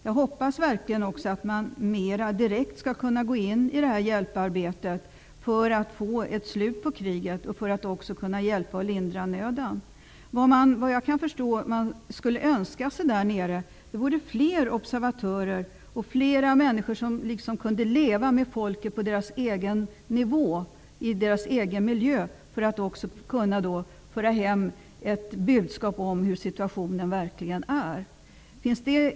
Jag hoppas verkligen att man också mera direkt skall kunna gå in i hjälparbetet för att få ett slut på kriget, för att hjälpa och lindra nöden. Vad man, såvitt jag kan förstå, skulle önska sig där nere är fler observatörer och fler människor som kunde leva med folket på dess egen nivå, i dess egen miljö, för att kunna föra hem ett budskap om hur situationen verkligen är.